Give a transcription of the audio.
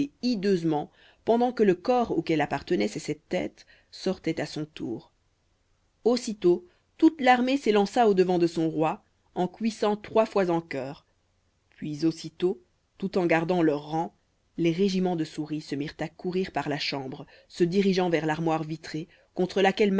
hideusement pendant que le corps auquel appartenaient ces sept têtes sortait à son tour aussitôt toute l'armée s'élança au-devant de son roi en couicant trois fois en chœur puis aussitôt tout en gardant leurs rangs les régiments de souris se mirent à courir par la chambre se dirigeant vers l'armoire vitrée contre laquelle